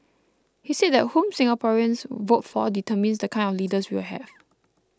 he said that whom Singaporeans vote for determines the kind of leaders we will have